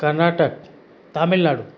Karnataka Tamil Nadu